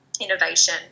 innovation